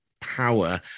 power